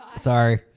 sorry